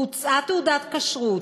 הוצאה תעודת כשרות,